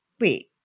wait